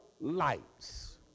lights